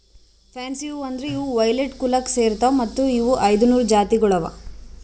fancy ಹೂವು ಅಂದುರ್ ಇವು ವೈಲೆಟ್ ಕುಲಕ್ ಸೇರ್ತಾವ್ ಮತ್ತ ಇವು ಐದ ನೂರು ಜಾತಿಗೊಳ್ ಅವಾ